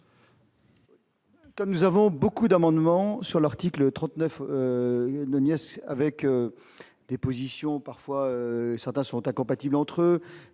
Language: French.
Nous avons beaucoup d'amendements sur l'article 39 avec des positions parfois certains sont incompatibles entre eux,